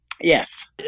Yes